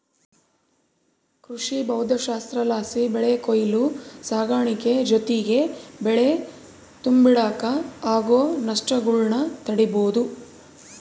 ಕೃಷಿಭೌದ್ದಶಾಸ್ತ್ರಲಾಸಿ ಬೆಳೆ ಕೊಯ್ಲು ಸಾಗಾಣಿಕೆ ಜೊತಿಗೆ ಬೆಳೆ ತುಂಬಿಡಾಗ ಆಗೋ ನಷ್ಟಗುಳ್ನ ತಡೀಬೋದು